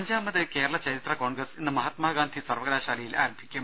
അഞ്ചാമത് കേരള ചരിത്ര കോൺഗ്രസ് ഇന്ന് മഹാത്മാഗാന്ധി സർവകലാശാലയിൽ ആരംഭിക്കും